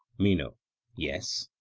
meno yes.